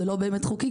זה לא באמת חוקי,